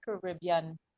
Caribbean